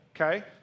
okay